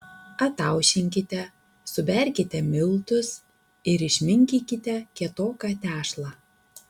ataušinkite suberkite miltus ir išminkykite kietoką tešlą